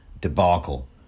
debacle